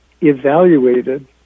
evaluated